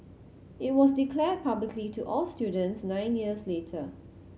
it was declared publicly to all students nine years later